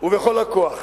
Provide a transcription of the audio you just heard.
ובכל הכוח.